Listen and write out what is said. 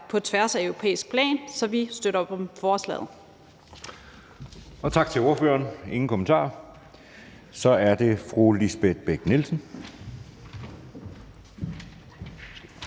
på tværs på europæisk plan, så vi støtter op om forslaget.